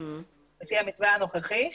לפי המתווה הנוכחי,